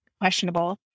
questionable